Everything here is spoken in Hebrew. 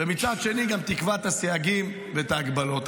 ומצד שני, גם תקבע את הסייגים ואת ההגבלות.